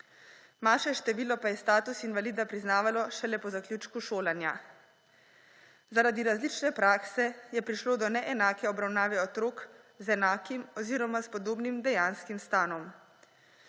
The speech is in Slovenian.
manjše število pa je status invalida priznavalo šele po zaključku šolanja. Zaradi različne prakse je prišlo do neenake obravnave otrok z enakim oziroma s podobnim dejanskim stanom.